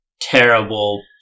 terrible